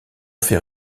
fait